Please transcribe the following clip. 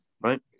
right